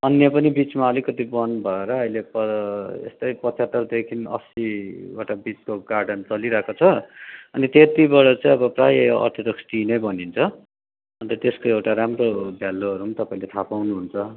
अन्य पनि बिचमा अलिकति बन भएर अहिले प यस्तै पचहत्तरदेखि असीवटा बिचको गार्डन चलिरहेको छ अनि त्यतिबाट चाहिँ अब प्राय अर्थडक्स टी नै बनिन्छ अन्त त्यसको एउटा राम्रो भ्यालूहरू पनि तपाईँले थाह पाउनु हुन्छ